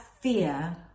fear